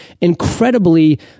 incredibly